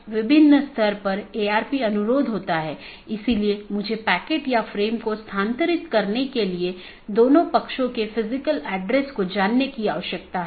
और यह बैकबोन क्षेत्र या बैकबोन राउटर इन संपूर्ण ऑटॉनमस सिस्टमों के बारे में जानकारी इकट्ठा करता है